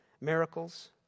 miracles